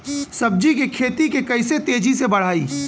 सब्जी के खेती के कइसे तेजी से बढ़ाई?